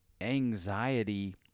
anxiety